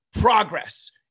progress